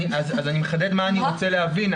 אני מחדד מה אני רוצה להבין.